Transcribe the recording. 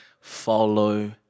follow